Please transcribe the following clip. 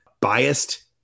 biased